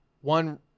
one